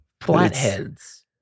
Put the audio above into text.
flatheads